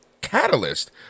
catalyst